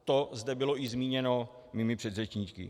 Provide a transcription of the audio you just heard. To zde bylo i zmíněno mými předřečníky.